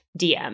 DM